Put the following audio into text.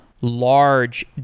large